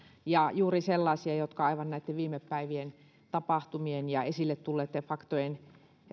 ja juuri sellaisia jotka aivan näitten viime päivien tapahtumien ja esille tulleitten faktojen